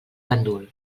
gandul